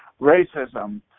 racism